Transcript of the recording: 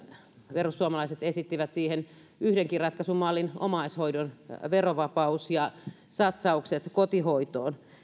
perussuomalaiset esittivät siihen yhdenkin ratkaisumallin omaishoidon verovapauden ja satsaukset kotihoitoon